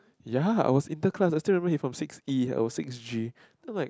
ya I was interclass I still remember he from six E I was six G then I'm like